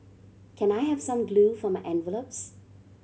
can I have some glue for my envelopes